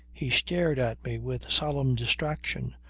he stared at me with solemn distraction,